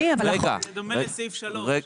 זה דומה לסעיף 3 בחוק,